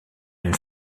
une